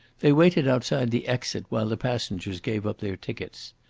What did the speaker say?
they waited outside the exit while the passengers gave up their tickets.